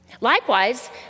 Likewise